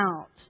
out